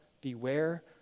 Beware